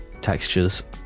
textures